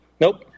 Nope